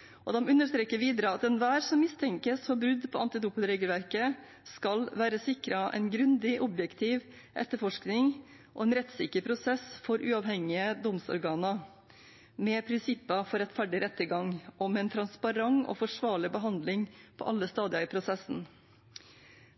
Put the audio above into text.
og myndighetene. De understreker videre at «enhver som mistenkes for brudd på antidopingregelverket, skal være sikret en grundig og objektiv etterforskning, og en rettssikker prosess for uavhengige domsorganer som følger prinsippene for rettferdig rettergang, med en transparent og forsvarlig behandling på alle stadier i prosessen».